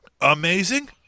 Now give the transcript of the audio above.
amazing